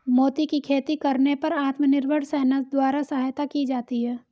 मोती की खेती करने पर आत्मनिर्भर सेना द्वारा सहायता की जाती है